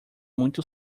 muito